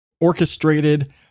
orchestrated